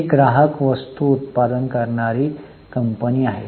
ही ग्राहक वस्तू उत्पादन करणारी कंपनी आहे